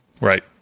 right